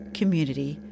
community